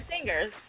singers